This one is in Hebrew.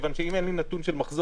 כיוון שאם אין לי נתון של מחזור